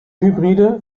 hybride